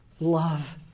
love